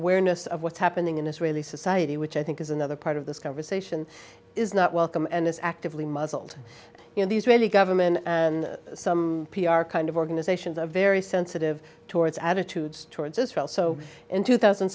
awareness of what's happening in israeli society which i think is another part of this conversation is not welcome and is actively muzzled in the israeli government and some p r kind of organizations are very sensitive towards attitudes towards israel so in two thousand